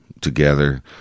together